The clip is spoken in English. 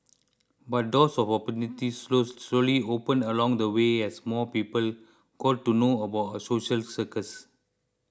but doors of opportunity slow slowly opened along the way as more people got to know about social circus